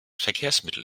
verkehrsmittel